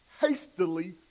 hastily